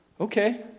Okay